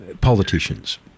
politicians